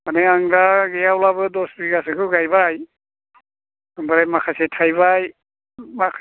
आं दा गैयाब्लाबो दस बिगासोखौ गायबाय ओमफ्राय माखासे थाइबाय